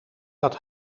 dat